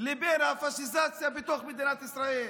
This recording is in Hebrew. לבין הפשיזציה בתוך מדינת ישראל.